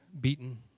beaten